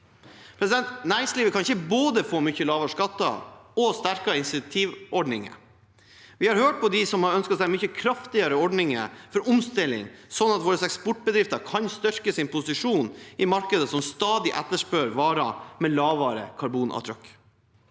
Næringslivet kan ikke få både mye lavere skatter og sterkere insentivordninger. Vi har hørt på dem som har ønsket seg mye kraftigere ordninger for omstilling, slik at våre eksportbedrifter kan styrke sin posisjon i markeder som stadig etterspør varer med lavere karbonavtrykk.